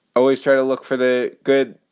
always trying to look for the good,